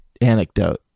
anecdote